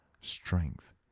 strength